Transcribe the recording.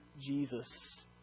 Jesus